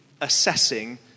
assessing